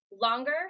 longer